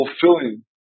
fulfilling